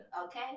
okay